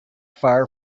far